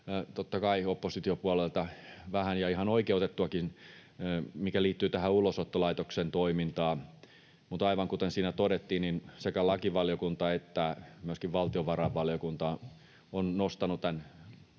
totta kai, oppositiopuolueilta, vähän ja ihan oikeutettuakin, mikä liittyy tähän Ulosottolaitoksen toimintaan, mutta aivan kuten siinä todettiin, niin sekä lakivaliokunta että myöskin valtiovarainvaliokunta ovat sitten nostaneet tämän